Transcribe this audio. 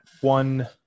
one